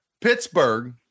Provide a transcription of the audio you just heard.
Pittsburgh